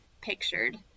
pictured